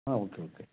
ಹಾಂ okay okay